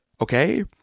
okay